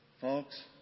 Folks